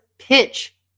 pitch